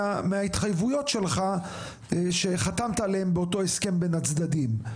מההתחייבויות שלך שחתמת עליהן באותו הסכם בין הצדדים.